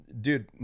dude